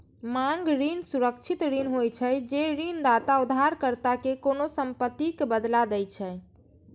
मांग ऋण सुरक्षित ऋण होइ छै, जे ऋणदाता उधारकर्ता कें कोनों संपत्तिक बदला दै छै